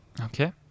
okay